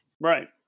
Right